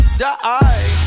die